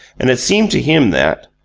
and it seemed to him that,